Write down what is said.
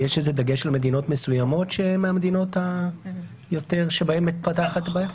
יש איזה דגש למדינות מסוימות שבהן מתפתחת בעיה?